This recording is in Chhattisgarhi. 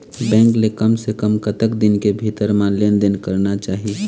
बैंक ले कम से कम कतक दिन के भीतर मा लेन देन करना चाही?